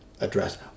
address